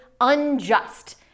unjust